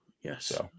Yes